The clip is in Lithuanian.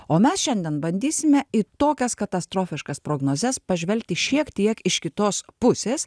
o mes šiandien bandysime į tokias katastrofiškas prognozes pažvelgti šiek tiek iš kitos pusės